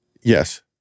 Yes